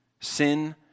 Sin